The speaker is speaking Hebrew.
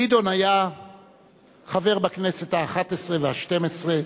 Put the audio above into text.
גדעון היה חבר בכנסת האחת-עשרה והשתים-עשרה.